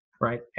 Right